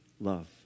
love